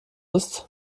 ist